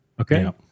Okay